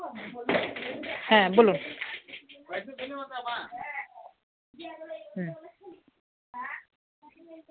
হ্যাঁ বলুন